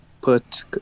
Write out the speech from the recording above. put